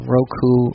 Roku